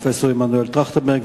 פרופסור מנואל טרכטנברג,